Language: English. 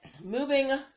moving